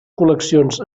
col·leccions